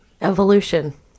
Evolution